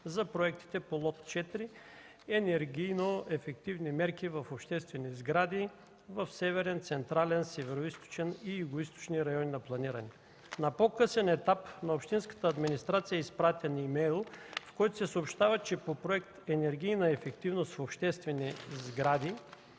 за проектите по Лот 4 „Енергийно ефективни мерки в обществени сгради в Северен, Централен, Североизточен и Югоизточни райони на планиране”. На по-късен етап на общинската администрация е изпратен имейл, в който се съобщава, че по проект „Енергийна ефективност в обществени сгради”,